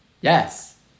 Yes